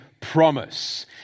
promise